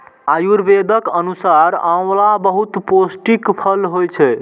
आयुर्वेदक अनुसार आंवला बहुत पौष्टिक फल होइ छै